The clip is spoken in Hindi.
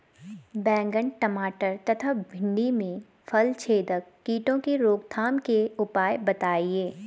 बैंगन टमाटर तथा भिन्डी में फलछेदक कीटों की रोकथाम के उपाय बताइए?